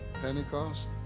Pentecost